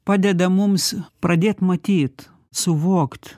padeda mums pradėt matyt suvokt